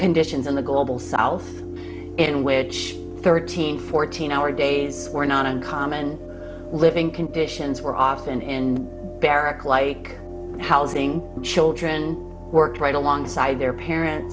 conditions in the global south in which thirteen fourteen hour days were not uncommon living conditions were often and barrack like housing children worked right alongside their parents